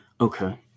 okay